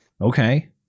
okay